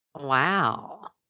Wow